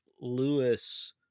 Lewis